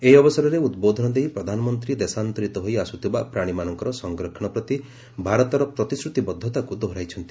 ଏହି ଅବସରରେ ଉଦ୍ବୋଧନ ଦେଇ ପ୍ରଧାନମନ୍ତ୍ରୀ ଦେଶାନ୍ତରିତ ହୋଇ ଆସୁଥିବା ପ୍ରାଣୀମାନଙ୍କର ସଂରକ୍ଷଣ ପ୍ରତି ଭାରତର ପ୍ରତିଶ୍ରତିବଦ୍ଧତାକୁ ଦୋହରାଇଛନ୍ତି